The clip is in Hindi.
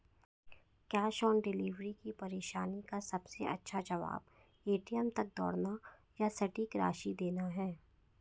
कैश ऑन डिलीवरी की परेशानी का सबसे अच्छा जवाब, ए.टी.एम तक दौड़ना या सटीक राशि देना है